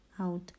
out